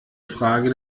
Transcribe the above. frage